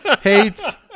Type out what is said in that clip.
hates